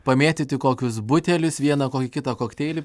pamėtyti kokius butelius vieną kokį kitą kokteilį